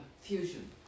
fusion